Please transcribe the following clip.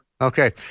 Okay